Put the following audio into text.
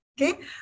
okay